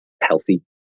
healthy